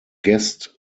guest